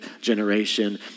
generation